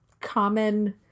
common